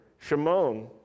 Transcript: Shimon